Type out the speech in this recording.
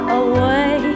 away